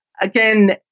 again